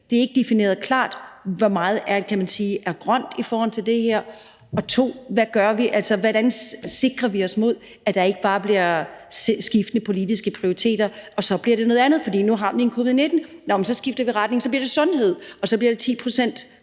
at det ikke er defineret klart, hvor meget der er grønt i forhold til det her. Og det andet er: Hvad gør vi? Hvordan sikrer vi os imod, at der ikke bare bliver skiftende politiske prioriteringer, og at det så bliver noget andet? Nu har vi en covid-19, så skifter vi retning, og så bliver det sundhed, og så bliver det 10 pct.